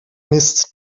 mist